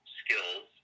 skills